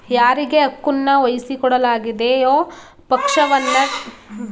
ಯಾರಿಗೆ ಹಕ್ಕುನ್ನ ವಹಿಸಿಕೊಡಲಾಗಿದೆಯೋ ಪಕ್ಷವನ್ನ ಟ್ರಸ್ಟಿ ಎಂದು ಕರೆಯುತ್ತಾರೆ